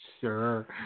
Sure